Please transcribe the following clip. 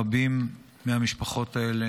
רבות מהמשפחות האלה